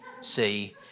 see